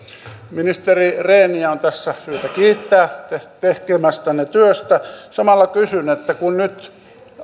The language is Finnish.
ministeri rehniä on tässä syytä kiittää tekemästänne työstä samalla kysyn että kun nyt